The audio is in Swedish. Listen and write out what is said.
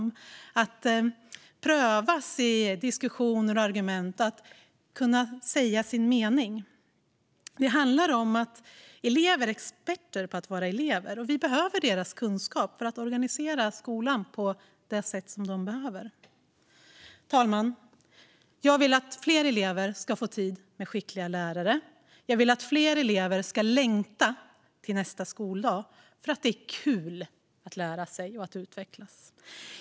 Det handlar om att prövas i diskussioner och med argument och om att kunna säga sin mening. Det handlar om att elever är experter på att vara elever, och vi behöver deras kunskap för att organisera skolan på det sätt som de behöver. Herr talman! Jag vill att fler elever ska få tid med skickliga lärare. Jag vill att fler elever ska längta till nästa skoldag för att det är kul att lära sig och att utvecklas.